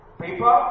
Paper